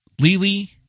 Lily